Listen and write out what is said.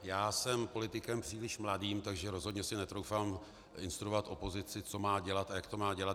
Já jsem politikem příliš mladým, takže rozhodně si netroufám instruovat opozici, co má dělat a jak to má dělat.